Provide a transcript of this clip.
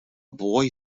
boy